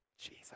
Jesus